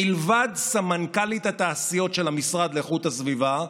מלבד סמנכ"לית התעשיות של המשרד להגנת הסביבה,